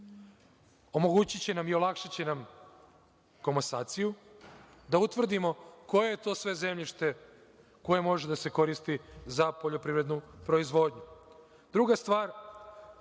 Omogućiće nam i olakšaće nam komasaciju, da utvrdimo koje je to sve zemljište koje može da se koristi za poljoprivrednu proizvodnju. Druga stvar,